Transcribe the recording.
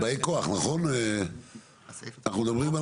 על באי הכוח, אנחנו מדברים.